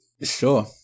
Sure